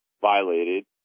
violated